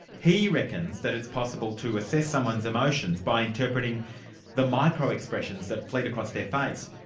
he reckons that it's possible to assess someone's emotions by interpreting the micro expressions that flit across their face.